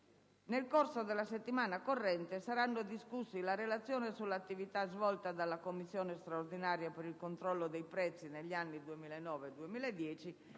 nel corso della settimana corrente saranno discusse la relazione sull'attività svolta dalla Commissione straordinaria per il controllo dei prezzi negli anni 2009 e 2010